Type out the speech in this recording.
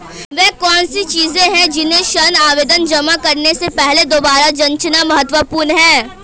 वे कौन सी चीजें हैं जिन्हें ऋण आवेदन जमा करने से पहले दोबारा जांचना महत्वपूर्ण है?